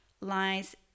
lies